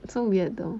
so weird though